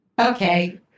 Okay